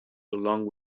along